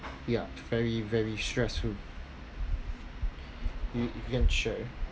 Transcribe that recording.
ya very very stressful you can share